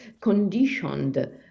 conditioned